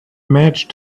managed